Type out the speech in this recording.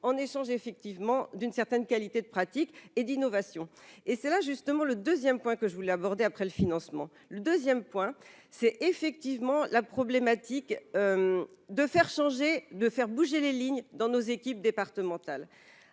en échange effectivement d'une certaine qualité de pratiques et d'innovations, et c'est là justement le 2ème point que je voulais aborder après le financement, le 2ème point c'est effectivement la problématique de faire changer, de faire bouger les lignes dans nos équipes départementales